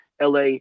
la